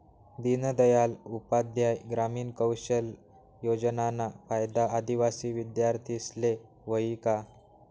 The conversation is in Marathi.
दीनदयाल उपाध्याय ग्रामीण कौशल योजनाना फायदा आदिवासी विद्यार्थीस्ले व्हयी का?